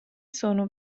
sono